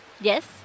Yes